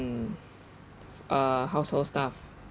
mm uh household stuff